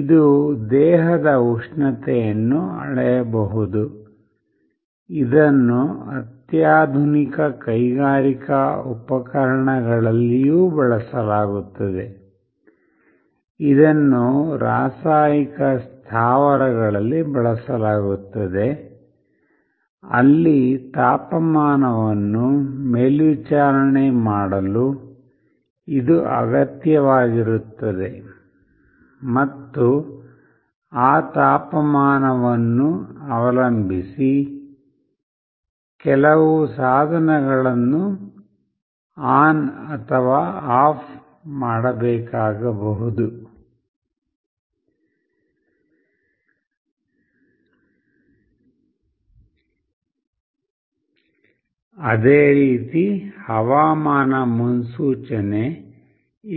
ಇದು ದೇಹದ ಉಷ್ಣತೆಯನ್ನು ಅಳೆಯಬಹುದು ಇದನ್ನು ಅತ್ಯಾಧುನಿಕ ಕೈಗಾರಿಕಾ ಉಪಕರಣಗಳಲ್ಲಿಯೂ ಬಳಸಲಾಗುತ್ತದೆ ಇದನ್ನು ರಾಸಾಯನಿಕ ಸ್ಥಾವರಗಳಲ್ಲಿ ಬಳಸಲಾಗುತ್ತದೆ ಅಲ್ಲಿ ತಾಪಮಾನವನ್ನು ಮೇಲ್ವಿಚಾರಣೆ ಮಾಡಲು ಇದು ಅಗತ್ಯವಾಗಿರುತ್ತದೆ ಮತ್ತು ಆ ತಾಪಮಾನವನ್ನು ಅವಲಂಬಿಸಿ ಕೆಲವು ಸಾಧನಗಳನ್ನು ಆನ್ ಅಥವಾ ಆಫ್ ಮಾಡಬೇಕಾಗಬಹುದು ಹವಾಮಾನ ಮುನ್ಸೂಚನೆ